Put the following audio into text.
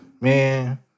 man